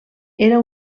era